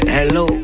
Hello